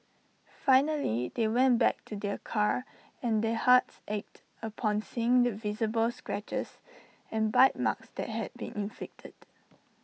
finally they went back to their car and their hearts ached upon seeing the visible scratches and bite marks that had been inflicted